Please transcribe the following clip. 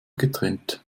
getrennt